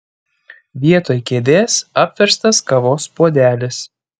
vietoj kėdės apverstas kavos puodelis